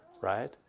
right